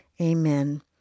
Amen